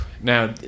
Now